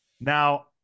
Now